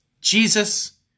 Jesus